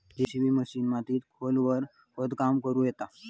JCB मशिनीन मातीत खोलवर खोदकाम करुक येता